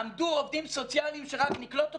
עמדו עובדים סוציאליים שרק נקלוט אותם?